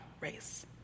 race